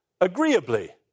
agreeably